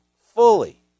fully